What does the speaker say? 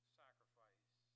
sacrifice